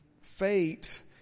faith